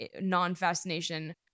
non-fascination